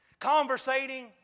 conversating